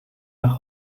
nach